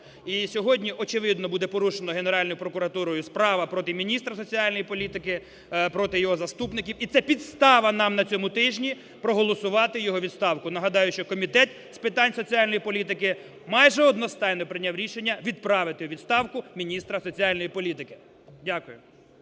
І сьогодні, очевидно, буде порушена Генеральною прокуратурою справа проти міністра соціальної політики, проти його заступників. І це підстава нам на цьому тижні проголосувати його відставку. Нагадаю, що Комітет з питань соціальної політики майже одностайно прийняв рішення відправити у відставку міністра соціальної політики. Дякую.